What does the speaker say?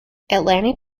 atlantic